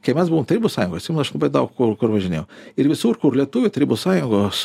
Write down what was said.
kai mes buvom tarybų sąjungoj atsimenu aš daug kur kur važinėjau ir visur kur lietuviai tarybos sąjungos